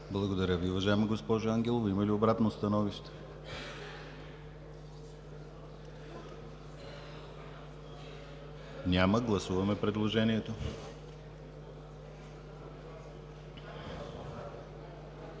Благодаря, уважаема госпожо Ангелова. Има ли обратно становище? Няма. Гласуваме предложението.